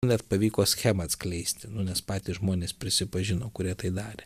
net pavyko schemą atskleisti nu nes patys žmonės prisipažino kurie tai darė